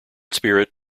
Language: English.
spirit